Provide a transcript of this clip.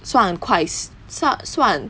算快算算